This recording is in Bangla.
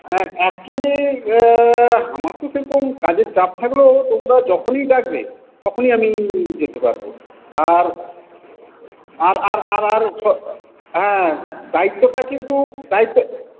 হ্যাঁ অ্যাকচুয়ালি আমার তো সেরকম কাজের চাপ থাকলেও তোমরা যখনই ডাকবে তখনই আমি যেতে পারব আর আর আর আর আর হ্যাঁ দায়িত্বটা কিন্তু দায়িত্বে